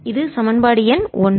இது சமன்பாடு எண் ஒன்று